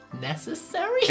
necessary